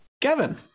Kevin